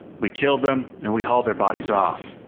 we kill them and we haul their bodies off.